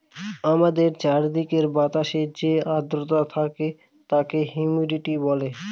আমাদের চারিদিকের বাতাসে যে আদ্রতা থাকে তাকে হিউমিডিটি বলে